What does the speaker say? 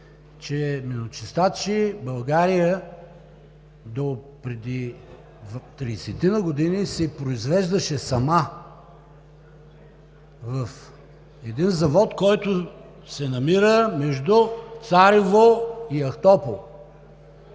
се. Миночистачи България допреди 30-ина години си произвеждаше сама в един завод, който се намира между Царево и Ахтопол.